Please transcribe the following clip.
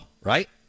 right